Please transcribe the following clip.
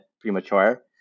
premature